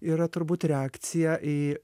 yra turbūt reakcija į